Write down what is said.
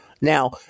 now